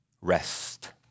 rest